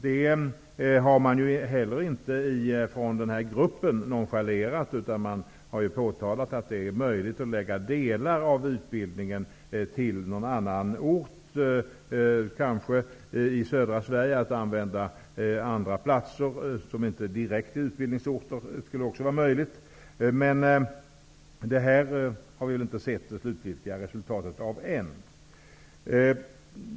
Det har inte heller SLU-gruppen nonchalerat, utan man har påpekat att det är möjligt att förlägga delar av utbildningen till någon annan ort, kanske i södra Sverige. Att välja orter som inte direkt är utbildningsorter skulle också vara möjligt. Men vi har inte sett det slutgiltiga resultatet än.